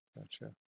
Gotcha